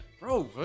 bro